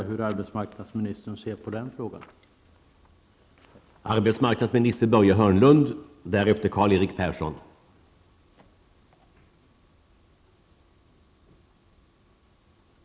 i sig en förstärkning av de koncentrationsdrivande krafterna så till vida att det fria kapitalet ju lokaliserar sig som det önskar.